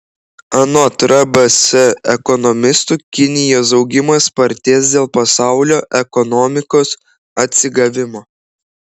anot rbs ekonomistų kinijos augimas spartės dėl pasaulio ekonomikos atsigavimo